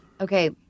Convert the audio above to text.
okay